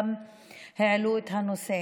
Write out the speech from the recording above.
העלו את הנושא.